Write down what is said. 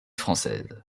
française